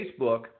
Facebook